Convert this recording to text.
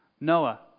Noah